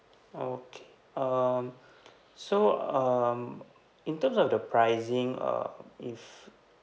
okay um so um in terms of the pricing uh if